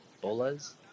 Bolas